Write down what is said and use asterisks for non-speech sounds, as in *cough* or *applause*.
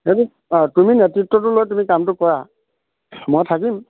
সেইটো অঁ তুমি নেতৃত্বটো লৈ তুমি কামটো কৰা *unintelligible* মই থাকিম